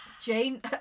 Jane